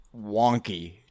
wonky